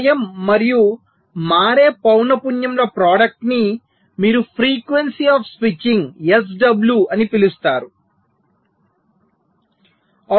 సమయం మరియు మారే పౌన పున్యంల ప్రోడక్ట్ ని మీరు ఫ్రీక్వెన్సీ ఆఫ్ స్విచ్చింగ్ SW అని పిలుస్తారు